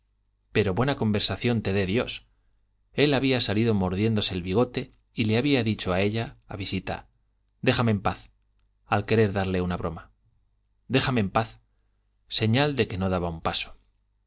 pero buena conversación te dé dios él había salido mordiéndose el bigote y le había dicho a ella a visita déjame en paz al querer darle una broma déjame en paz señal de que no daba un paso